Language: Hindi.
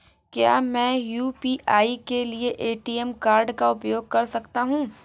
क्या मैं यू.पी.आई के लिए ए.टी.एम कार्ड का उपयोग कर सकता हूँ?